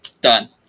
Done